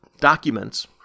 documents